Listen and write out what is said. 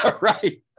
right